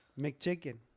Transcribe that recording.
McChicken